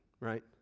right